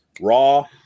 Raw